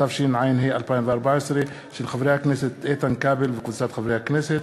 מיכל בירן, איתן כבל ומשה גפני,